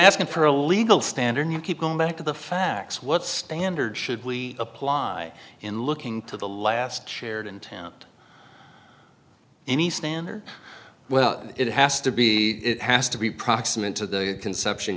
asking for a legal standard you keep going back to the facts what standard should we apply in looking to the last shared intent any standard well it has to be it has to be proximate to the conception